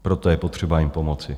Proto je potřeba jim pomoci.